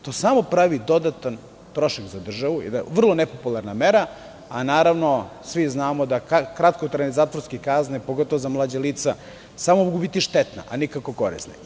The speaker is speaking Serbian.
To samo pravi dodatan trošak za državu, vrlo nepopularna mera, a naravno, svi znamo da kratkotrajne zatvorske kazne, pogotovo za mlađa lica, samo mogu biti štetna, a nikako korisna.